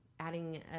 adding